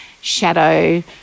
shadow